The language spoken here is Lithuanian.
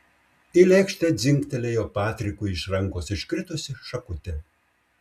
į lėkštę dzingtelėjo patrikui iš rankos iškritusi šakutė